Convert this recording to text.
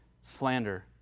slander